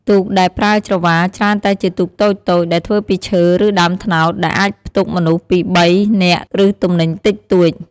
ទូកដែលប្រើច្រវាច្រើនតែជាទូកតូចៗដែលធ្វើពីឈើ ឬដើមត្នោត ដែលអាចផ្ទុកមនុស្សពីរបីនាក់ ឬទំនិញតិចតួច។